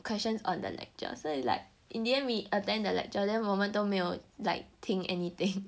questions on the lecture then you like in the end we attend the lecture then 我们都没有 like 听 anything